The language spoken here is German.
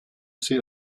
sie